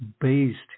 based